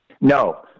No